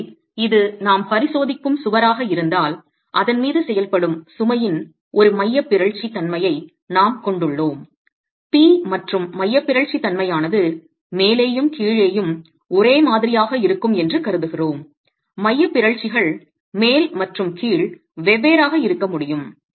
எனவே இது நாம் பரிசோதிக்கும் சுவராக இருந்தால் அதன் மீது செயல்படும் சுமையின் ஒரு மையப் பிறழ்ச்சி தன்மையை நாம் கொண்டுள்ளோம் P மற்றும் மையப் பிறழ்ச்சி தன்மையானது மேலேயும் கீழேயும் ஒரே மாதிரியாக இருக்கும் என்று கருதுகிறோம் மையப் பிறழ்ச்சிகள் மேல் மற்றும் கீழ் வெவ்வேறாக இருக்க முடியும்